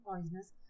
poisonous